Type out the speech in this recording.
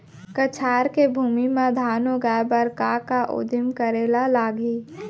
कछार के भूमि मा धान उगाए बर का का उदिम करे ला लागही?